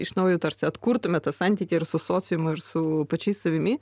iš naujo tarsi atkurtume tą santykį ir su sociumu ir su pačiais savimi